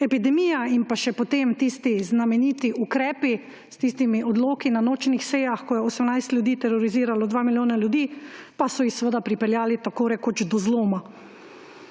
Epidemija in potem še tisti znameniti ukrepi s tistimi odloki na nočnih sejah, ko je 18 ljudi teroriziralo dva milijona ljudi, pa so jih seveda pripeljali tako rekoč do zloma.